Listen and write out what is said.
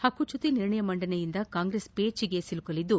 ಹಕ್ಕುಚ್ಚುತಿ ನಿರ್ಣಯ ಮಂಡನೆಯಿಂದ ಕಾಂಗ್ರೆಸ್ ಪೇಚೆಗೆ ಸಿಲುಕಲಿದ್ದು